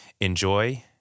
Enjoy